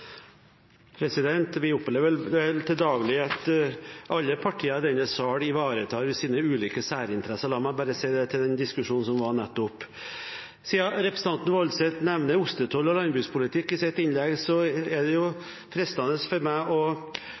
Vi opplever vel til daglig at alle partier i denne sal ivaretar sine ulike særinteresser. La meg bare si det til den diskusjonen som nettopp var. Siden representanten Woldseth nevner ostetoll og landbrukspolitikk i sitt innlegg, er det jo fristende for meg